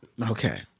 Okay